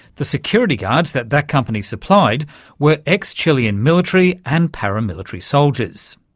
the security guards that that company supplied were ex-chilean military and paramilitary soldiers.